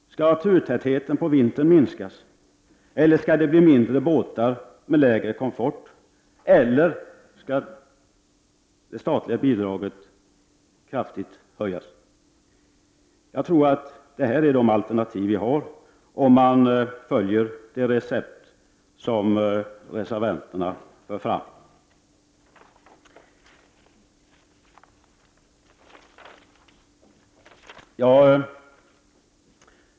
Skall turtätheten på vintern minska, eller skall det bli mindre båtar med lägre komfort? Eller skall det statliga bidraget kraftigt höjas? Jag tror att detta är de alternativ som vi har om vi följer det recept som reservanterna för fram.